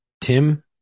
Tim